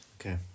Okay